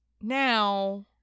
now